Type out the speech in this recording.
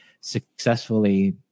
successfully